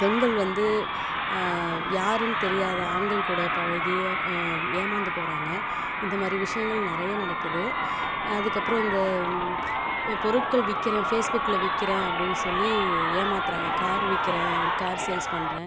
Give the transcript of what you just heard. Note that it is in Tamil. பெண்கள் வந்து யாருன்னு தெரியாத ஆண்கள் கூட பழகி ஏமாந்து போகிறாங்க இந்த மாதிரி விஷயங்கள் நிறைய நடக்குது அதுக்கப்புறம் இந்த பொருட்கள் விற்கிறேன் ஃபேஸ்புக்கில் விற்கிறேன் அப்படின்னு சொல்லி ஏமாத்துகிறாங்க கார் விற்கிறேன் கார் சேல்ஸ் பண்ணுறேன்